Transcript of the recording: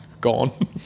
gone